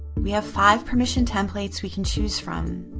we have five permission templates we can choose from.